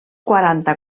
quaranta